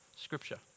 Scripture